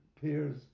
peers